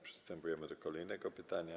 Przystępujemy do kolejnego pytania.